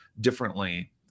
differently